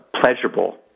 pleasurable